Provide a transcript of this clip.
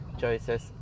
choices